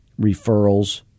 referrals